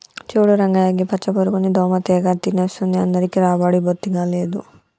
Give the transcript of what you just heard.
చూడు రంగయ్య గీ పచ్చ పురుగుని దోమ తెగ తినేస్తుంది అందరికీ రాబడి బొత్తిగా లేదు